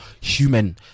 human